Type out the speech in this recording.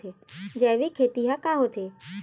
जैविक खेती ह का होथे?